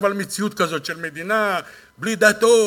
על מציאות כזאת של מדינה בלי דתות,